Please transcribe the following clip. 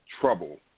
trouble